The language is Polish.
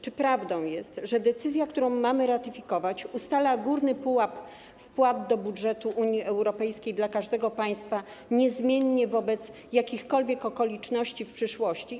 Czy prawdą jest, że decyzja, którą mamy ratyfikować, ustala górny pułap wpłat do budżetu Unii Europejskiej dla każdego państwa niezmiennie wobec jakichkolwiek okoliczności w przyszłości?